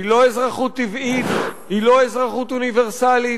היא לא אזרחות טבעית, היא לא אזרחות אוניברסלית,